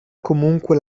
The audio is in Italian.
comunque